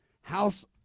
House